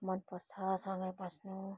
मन पर्छ सँगै बस्नु